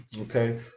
okay